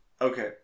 Okay